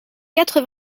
quatre